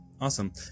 Awesome